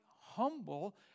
humble